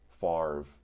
Favre